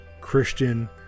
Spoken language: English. christian